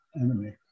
enemy